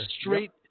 straight